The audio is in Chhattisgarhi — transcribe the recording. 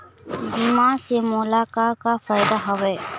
बीमा से मोला का का फायदा हवए?